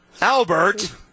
Albert